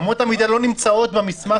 אמות המידה לא נמצאות פה במסמך.